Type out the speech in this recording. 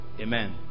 Amen